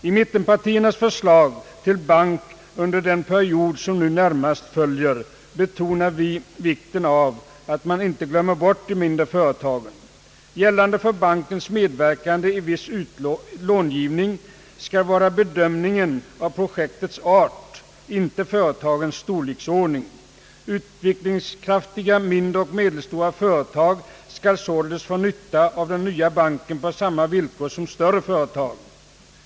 I mittenpartiernas förslag till bank under den period som nu närmast följer betonar vi vikten av att man inte glömmer bort de mindre företagen. Avgörande för bankens medverkan i viss långivning skall vara bedömningen av projektets art, inte företagets storleksordning. Utvecklingskraftiga mindre och medelstora företag skall således få nytia av den nya banken på samma villkor som större företag.